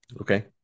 Okay